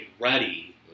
ready